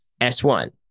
S1